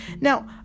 Now